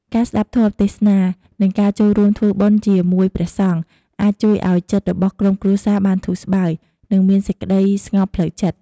ការស្តាប់ធម៌ទេសនា និងការចូលរួមធ្វើបុណ្យជាមួយព្រះសង្ឃ អាចជួយឱ្យចិត្តរបស់ក្រុមគ្រួសារបានធូរស្បើយ និងមានសេចក្តីស្ងប់ផ្លូវចិត្ត។